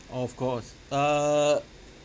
of course err